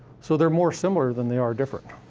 so they're more similar than they are different.